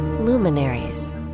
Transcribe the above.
luminaries